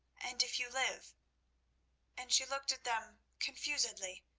and if you live and she looked at them confusedly,